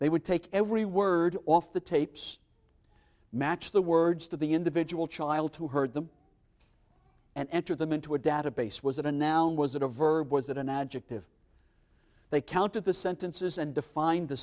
they would take every word off the tapes matched the words to the individual child who heard them and enter them into a database was it a noun was it a verb was it an adjective they counted the sentences and defined the